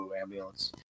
Ambulance